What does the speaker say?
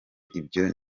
ibyo